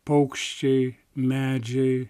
paukščiai medžiai